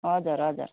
हजुर हजुर